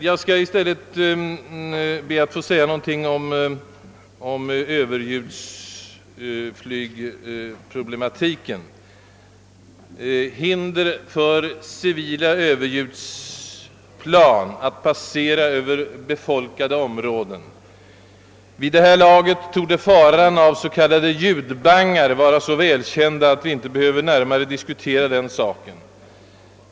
Jag skall i stället be att få säga några ord om problematiken med överljudsflyg närmast vad gäller behovet att uppställa hinder för civila överljudsplan att passera över befolkade områden. Vid det här laget torde faran av s.k. ljudbangar vara så välkänd, att vi inte behöver närmare diskutera den saken.